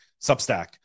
substack